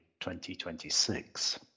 2026